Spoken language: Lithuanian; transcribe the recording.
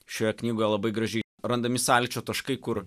šioje knygoje labai gražiai randami sąlyčio taškai kur